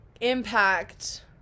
impact